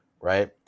right